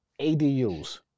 ADUs